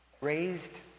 raised